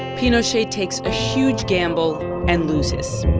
pinochet takes a huge gamble and loses.